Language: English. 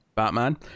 Batman